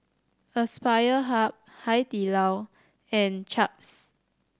Aspire Hub Hai Di Lao and Chaps